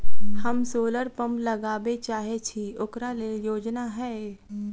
हम solar pump लगाबै चाहय छी ओकरा लेल योजना हय?